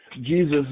Jesus